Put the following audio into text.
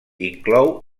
inclou